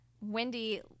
wendy